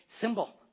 Symbol